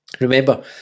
Remember